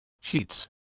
sheets